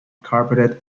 carpeted